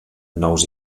nous